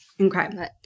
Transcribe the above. Okay